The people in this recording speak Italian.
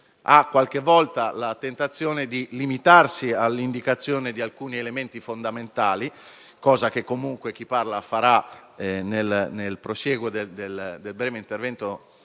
ha qualche volta la tentazione di limitarsi all'indicazione di alcuni elementi fondamentali, cosa che comunque chi parla farà nel prosieguo del breve intervento